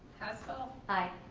hussel. aye.